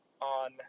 on